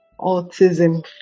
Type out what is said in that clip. autism